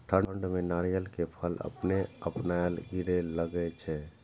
ठंड में नारियल के फल अपने अपनायल गिरे लगए छे?